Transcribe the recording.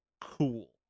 cool